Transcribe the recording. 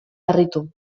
harritu